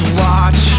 watch